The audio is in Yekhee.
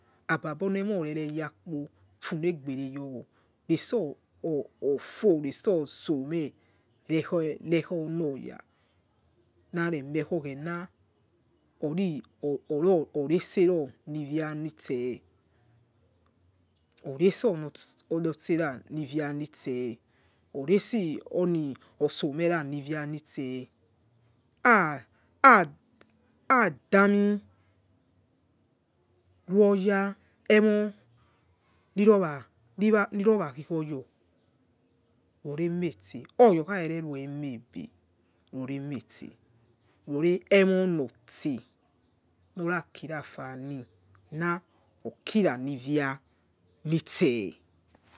Ababonemoreneyakpo funegbere yor netso osome rekhono ya naremikhoghena o- or- oresero ni ivia nitse oresonote ranivianite oresionesomeh ra nivia nitseh ha ha ha dami rou oya emo niro na niro na koko yo roremete oyakharere roi emobe roremete rore emonote nora kirafani na okhira nivia nitse.